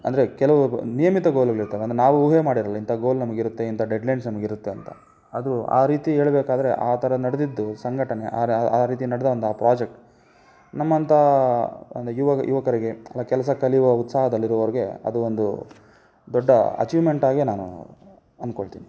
ಅಂದರೆ ಕೆಲವು ನಿಯಮಿತ ಗೋಲುಗಳಿರ್ತವೆ ಅಂದರೆ ನಾವು ಊಹೆ ಮಾಡಿರಲ್ಲ ಇಂಥ ಗೋಲ್ ನಮಗೆ ಇರುತ್ತೆ ಇಂಥ ಡೆಡ್ಲೈನ್ಸ್ ನಮಗೆ ಇರುತ್ತೆ ಅಂತ ಅದು ಆ ರೀತಿ ಹೇಳ್ಬೇಕಾದ್ರೆ ಆ ಥರ ನಡೆದಿದ್ದು ಸಂಘಟನೆ ಆ ರೀತಿ ನೆಡೆದ ಒಂದು ಆ ಪ್ರಾಜೆಕ್ಟ್ ನಮ್ಮಂಥ ಅಂದರೆ ಯುವ ಯುವಕರಿಗೆ ಕೆಲಸ ಕಲಿಯುವ ಉತ್ಸಾಹದಲ್ಲಿರುವವ್ರಿಗೆ ಅದು ಒಂದು ದೊಡ್ಡ ಅಚೀವ್ಮೆಂಟಾಗಿ ನಾನು ಅಂದ್ಕೊಳ್ತೀನಿ